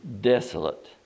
desolate